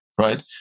Right